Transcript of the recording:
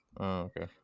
Okay